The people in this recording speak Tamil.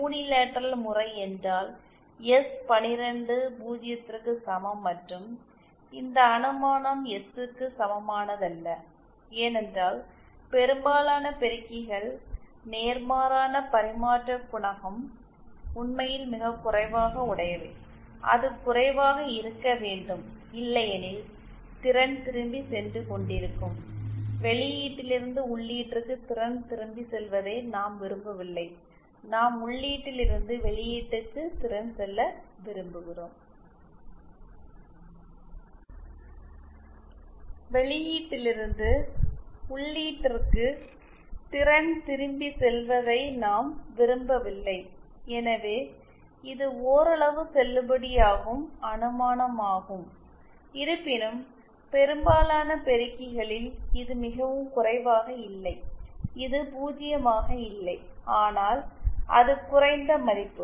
யூனிலேட்ரல் முறை என்றால் எஸ்12 0 க்கு சமம் மற்றும் இந்த அனுமானம் எஸ் க்கு சமமானதல்ல ஏனென்றால் பெரும்பாலான பெருக்கிகள் நேர்மாறான பரிமாற்றக் குணகம் உண்மையில் மிகக் குறைவாக உடையவை அது குறைவாக இருக்க வேண்டும் இல்லையெனில் திறன் திரும்பி சென்று கொண்டிருக்கும் வெளியீட்டிலிருந்து உள்ளீட்டிற்கு திறன் திரும்பிச் செல்வதை நாம் விரும்பவில்லை நாம் உள்ளீட்டில் இருந்து வெளியீட்டுக்கு திறன் செல்ல விரும்புகிறோம் வெளியீட்டிலிருந்து உள்ளீட்டிற்கு திறன் திரும்பிச் செல்வதை நாம் விரும்பவில்லை எனவே இது ஓரளவு செல்லுபடியாகும் அனுமானமாகும் இருப்பினும் பெரும்பாலான பெருக்கிகளில் இது மிகவும் குறைவாக இல்லை அது 0ஆக அல்ல ஆனால் அது குறைந்த மதிப்பு